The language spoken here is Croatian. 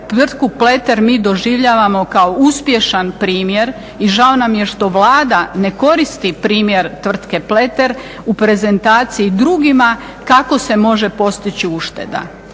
tvrtku "Pleter" mi doživljavamo kao uspješan primjer i žao nam je što Vlada ne koristi primjer tvrtke "Pleter" u prezentaciji drugima kako se može postići ušteda.